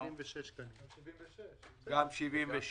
גם עמותה מספר 76 (סקייל-אפ